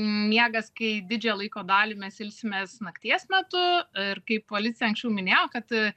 miegas kai didžiąją laiko dalį mes ilsimės nakties metu ir kaip alicija anksčiau minėjo kad